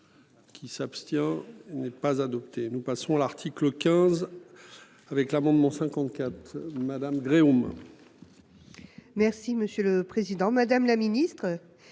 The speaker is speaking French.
Qui s'abstient n'est pas adopté nous passons l'article 15. Avec l'abondement 54 madame Gréaume. Merci monsieur le président, madame la ministre.